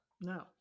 No